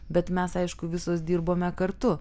bet mes aišku visos dirbome kartu